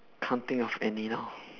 can't think of any now